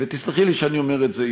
ותסלחי לי שאני אומר את זה,